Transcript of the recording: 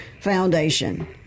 foundation